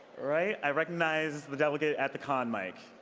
right? i recognize the delegate at the con mic.